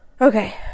okay